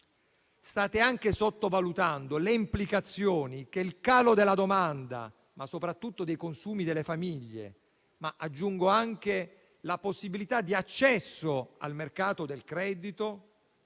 State anche sottovalutando le implicazioni del calo della domanda, ma soprattutto dei consumi, delle famiglie. Aggiungo anche che la mancata possibilità di accesso al mercato del credito,